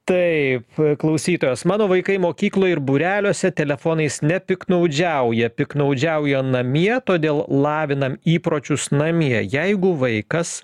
taip klausytojas mano vaikai mokykloje ir būreliuose telefonais nepiktnaudžiauja piktnaudžiauja namie todėl lavinam įpročius namie jeigu vaikas